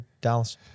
Dallas